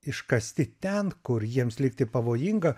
iškasti ten kur jiems likti pavojinga